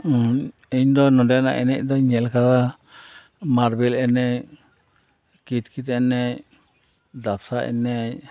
ᱤᱧ ᱫᱚ ᱱᱚᱰᱮᱱᱟᱜ ᱮᱱᱮᱡ ᱫᱚ ᱧᱮᱞ ᱟᱠᱟᱫᱟ ᱢᱟᱨᱵᱮᱞ ᱮᱱᱮᱡ ᱠᱤᱛ ᱠᱤᱛ ᱮᱱᱮᱡ ᱰᱟᱯᱥᱟ ᱮᱱᱮᱡ